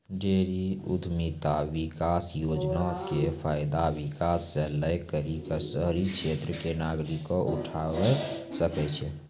dairy उद्यमिता विकास योजना के फायदा किसान से लै करि क शहरी क्षेत्र के नागरिकें उठावै सकै छै